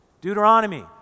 Deuteronomy